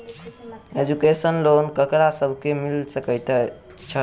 Education loan ककरा सब केँ मिल सकैत छै?